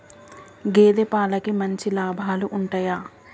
గేదే పాలకి మంచి లాభాలు ఉంటయా?